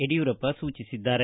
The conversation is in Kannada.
ಯಡಿಯೂರಪ್ಪ ಸೂಚಿಸಿದ್ದಾರೆ